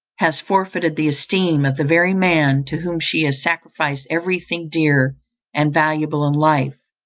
has forfeited the esteem of the very man to whom she has sacrificed every thing dear and valuable in life,